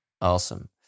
Awesome